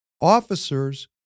Officers